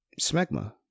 smegma